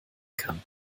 kann